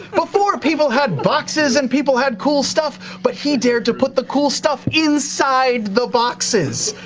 before, people had boxes and people had cool stuff, but he dared to put the cool stuff inside the boxes!